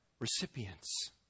recipients